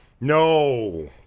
no